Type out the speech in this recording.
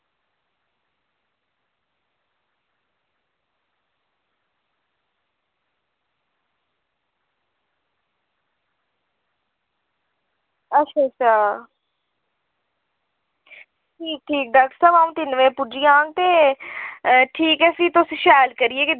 अच्छा अच्छा ठीक ठीक डाक्टर साह्ब अ'ऊं तिन्न बजे पुज्जी जाङ ते ठीक ऐ फिर ते तुस शैल करियै गै